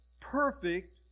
perfect